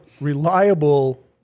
reliable